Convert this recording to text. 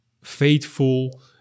faithful